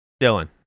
Dylan